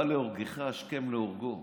בכל מקום, הבא להורגך השכם להורגו,